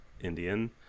Indian